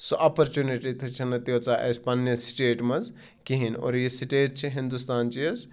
سُہ اَپَرچِنِٹی تہِ چھِنہٕ تیٖژاہ اَسہِ پَنٛنِس سِٹیٹ منٛز کِہںۍ نہٕ اور یہِ سِٹیٹ چھِ ہِندُستانچی حظ